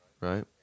Right